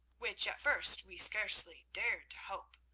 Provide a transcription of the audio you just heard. which at first we scarcely dared to hope,